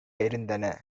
இருந்தன